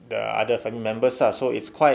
the other family members ah so it's quite